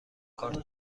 کارت